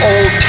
Old